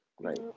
right